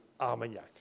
armagnac